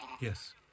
Yes